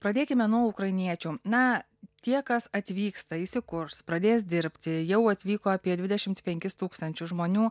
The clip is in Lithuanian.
pradėkime nuo ukrainiečių na tie kas atvyksta įsikurs pradės dirbti jau atvyko apie dvidešimt penkis tūkstančius žmonių